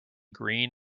green